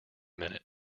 minute